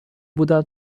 بودم